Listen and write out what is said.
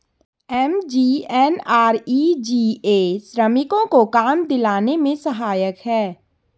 MGNREGA श्रमिकों को काम दिलाने में सहायक है